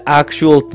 actual